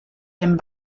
dem